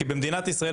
כי במדינת ישראל,